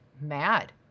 mad